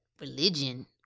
religion